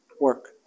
work